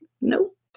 nope